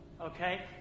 Okay